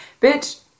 Bitch